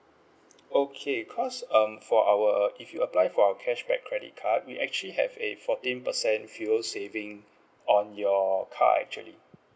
okay cause um for our uh if you apply for our cashback credit card we actually have a fourteen percent fuel saving on your car actually